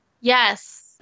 Yes